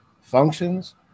functions